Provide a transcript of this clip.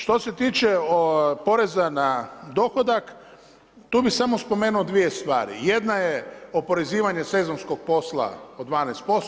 Što se tiče o poreza na dohodak, tu bi samo spomenuo 2 stvari, jedna je oporezivanje sezonskog posla od 12%